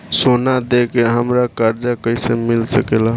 सोना दे के हमरा कर्जा कईसे मिल सकेला?